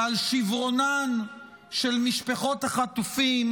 ועל שברונן של משפחות החטופים